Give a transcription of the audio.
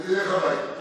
ונלך הביתה.